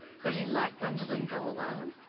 could he let gwendolen go alone?